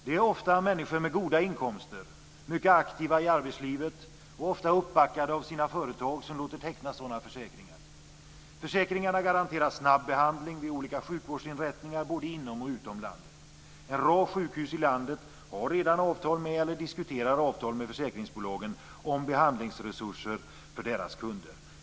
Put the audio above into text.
Det är ofta människor med goda inkomster som är mycket aktiva i arbetslivet och uppbackade av sina företag som låter teckna sådana försäkringar. Försäkringarna garanterar snabb behandling vid olika sjukvårdsinrättningar både inom och utom landet. En rad sjukhus i landet har redan avtal med eller diskuterar avtal med försäkringsbolagen om behandlingsresurser för deras kunder.